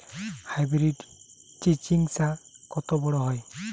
Hybrid চিচিংঙ্গা কত বড় হয়?